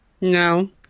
No